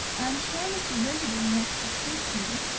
i'm sure mr. winterbourne wants to take me,